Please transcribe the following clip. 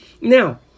Now